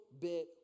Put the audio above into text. bit